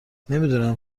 نمیدونم